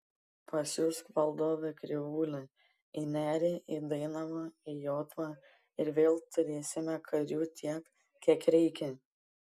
pasiųsk valdove krivūlę į nerį į dainavą į jotvą ir vėl turėsime karių tiek kiek reikia